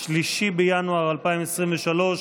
3 בינואר 2023,